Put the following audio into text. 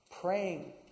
praying